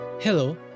Hello